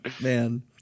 Man